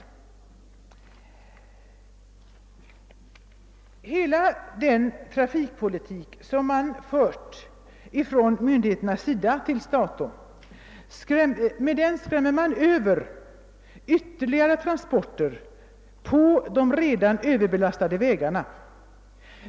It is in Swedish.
Med hela den trafikpolitik som förts från myndigheternas sida till dato skrämmer man Över ytterligare transporter på de redan överbelastade vägarna.